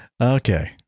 Okay